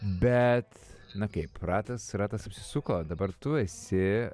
bet na kaip ratas ratas apsisuko dabar tu esi esi